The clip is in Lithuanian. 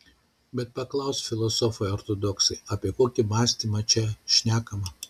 bet paklaus filosofai ortodoksai apie kokį mąstymą čia šnekama